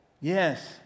Yes